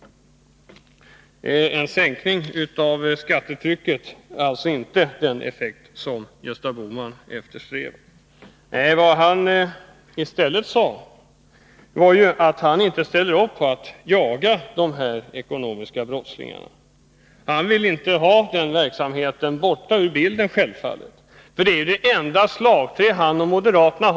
En sänkning av skattetrycket får alltså inte de effekter som Gösta Bohman eftersträvar. Gösta Bohman är inte beredd att satsa på att ekonomiska brottslingar jagas. Han vill självfallet ha med den verksamheten i bilden. Den är ju ett slagträ för honom och moderaterna.